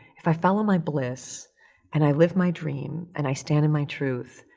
if i follow my bliss and i live my dream and i stand in my truth,